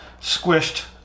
squished